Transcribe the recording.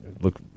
look